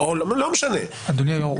אדוני היושב-ראש,